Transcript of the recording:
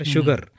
Sugar